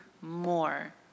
more